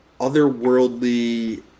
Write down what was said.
otherworldly